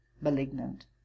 malignant